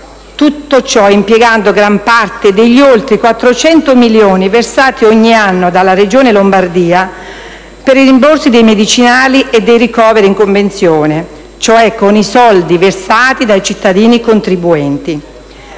Tutto ciò impiegando gran parte degli oltre 400 milioni versati ogni anno dalla Regione Lombardia per i rimborsi dei medicinali e dei ricoveri in convenzione: cioè con i soldi versati dai cittadini contribuenti.